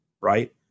right